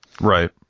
right